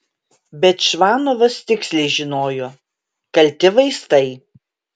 bet čvanovas tiksliai žinojo kalti vaistai